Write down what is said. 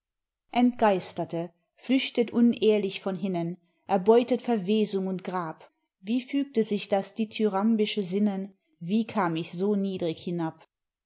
entgeisterte flüchtet unehrlich von hinnen erbeutet verwesung und grab wie fügte sich das dithyrambische sinnen wie kam ich so niedrig hinab